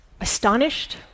astonished